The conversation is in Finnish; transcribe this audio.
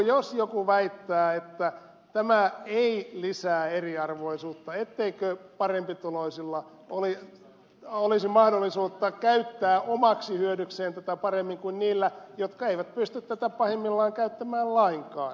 jos joku väittää että tämä ei lisää eriarvoisuutta etteikö parempituloisilla olisi mahdollisuutta käyttää tätä omaksi hyödykseen paremmin kuin niillä jotka eivät pysty tätä pahimmillaan käyttämään lainkaan hän on väärässä